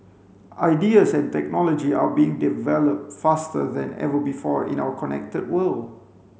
ideas and technology are being developed faster than ever before in our connected world